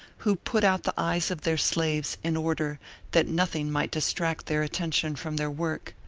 who put out the eyes of their slaves in order that nothing might distract their attention from their work.